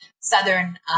Southern